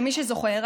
למי שזוכר,